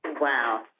Wow